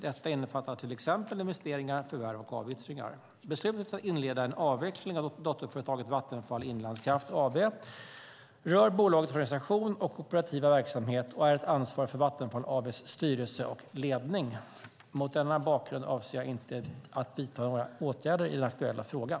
Detta innefattar till exempel investeringar, förvärv och avyttringar. Beslutet att inleda en avveckling av dotterföretaget Vattenfall Inlandskraft AB rör bolagets organisation och operativa verksamhet och är ett ansvar för Vattenfall AB:s styrelse och ledning. Mot denna bakgrund avser jag inte att vidta några åtgärder i den aktuella frågan.